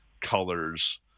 colors